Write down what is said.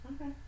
Okay